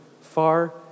far